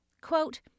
Quote